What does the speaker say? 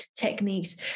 techniques